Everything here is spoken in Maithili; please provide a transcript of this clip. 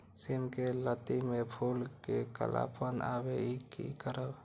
सिम के लत्ती में फुल में कालापन आवे इ कि करब?